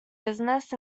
business